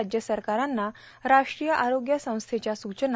राज्य सरकारांना राष्ट्रीय आरोग्य संस्थेच्या सूचना